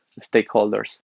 stakeholders